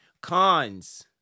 cons